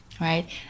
right